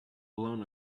blown